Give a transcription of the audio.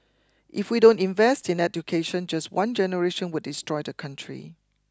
if we don't invest in education just one generation would destroy the country